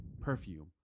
perfume